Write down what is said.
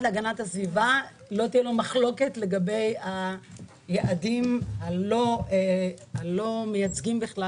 להגנת הסביבה לא תהיה לו מחלוקת לגבי היעדים הלא מייצגים בכלל.